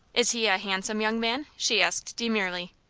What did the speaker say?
is he a handsome young man? she asked, demurely.